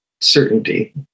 certainty